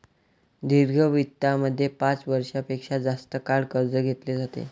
दीर्घ वित्तामध्ये पाच वर्षां पेक्षा जास्त काळ कर्ज घेतले जाते